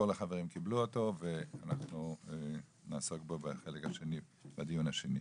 כל החברים קיבלו אותו ואנחנו נעסוק בו בדיון השני.